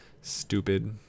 Stupid